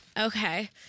Okay